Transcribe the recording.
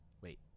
Wait